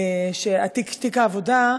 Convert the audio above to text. תיק העבודה,